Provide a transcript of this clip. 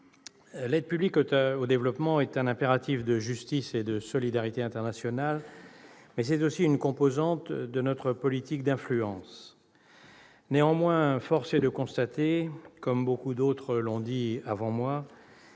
l'aide publique au développement est un impératif de justice et de solidarité internationale, mais c'est aussi une composante de notre politique d'influence. Néanmoins, force est de constater, comme beaucoup d'autres l'ont dit avant moi,